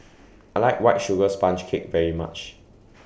I like White Sugar Sponge Cake very much